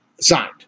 Signed